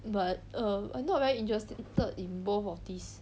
but err I not very interested in both of these